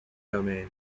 domain